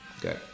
Good